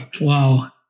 Wow